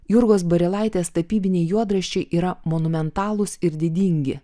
jurgos barilaitės tapybiniai juodraščiai yra monumentalūs ir didingi